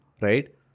right